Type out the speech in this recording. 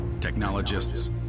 technologists